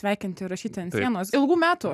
sveikint ir rašyt ant sienos ilgų metų